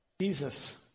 Jesus